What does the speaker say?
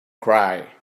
cry